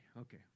okay